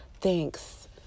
thanks